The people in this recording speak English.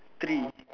three